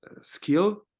Skill